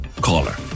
caller